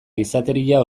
gizateria